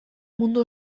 mundu